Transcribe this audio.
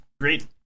Great